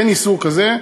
אין איסור כזה,